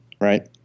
right